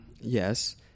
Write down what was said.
Yes